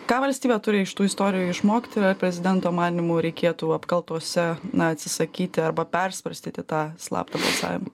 ką valstybė turi iš tų istorijų išmokti prezidento manymu reikėtų apkaltose na atsisakyti arba persvarstyti tą slaptą balsavimą